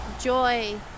joy